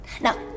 Now